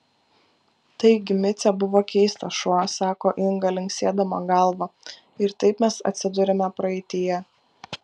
taigi micė buvo keistas šuo sako inga linksėdama galva ir taip mes atsiduriame praeityje